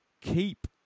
keep